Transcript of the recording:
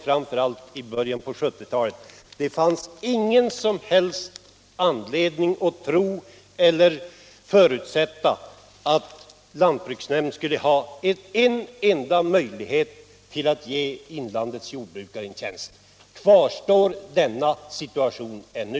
Framför allt i början av 1970-talet fanns det ingen anledning att förutsätta att lantbruksnämnden skulle ha möjlighet att göra inlandets jordbrukare någon enda tjänst. Kvarstår denna situation ännu?